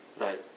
right